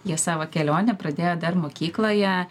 jie savo kelionę pradėjo dar mokykloje